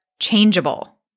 changeable